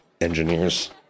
engineers